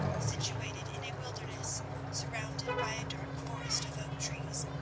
situated in a wilderness surrounded by a dark forest of oak trees.